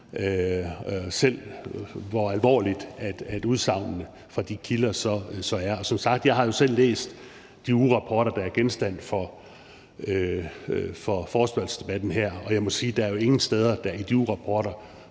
selv hvor alvorlige udsagnene fra de kilder end er. Som sagt har jeg jo selv læst de ugerapporter, der er genstand for forespørgselsdebatten her, og jeg må sige, at der er jo ingen steder, hvor det i de ugerapporter